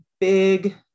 big